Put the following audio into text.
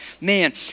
man